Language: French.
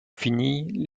finie